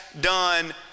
done